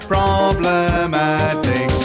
Problematic